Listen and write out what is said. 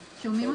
חירום.